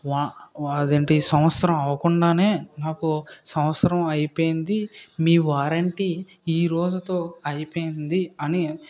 warranty అదేంటి సంవత్సరం అవకుండానే నాకు సంవత్సరం అయిపోయింది మీ వారంటీ ఈరోజుతో అయిపోయింది అని